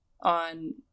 on